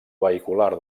vehicular